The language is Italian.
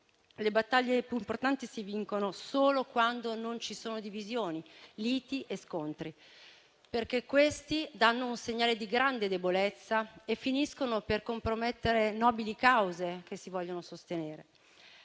Le battaglie più importanti si vincono solo quando non ci sono divisioni, liti e scontri, perché questi danno un segnale di grande debolezza e finiscono per compromettere nobili cause che si vogliono sostenere.